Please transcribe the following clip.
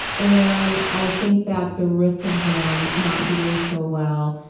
and i think that the risk of them not doing so well,